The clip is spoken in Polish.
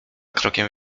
krokiem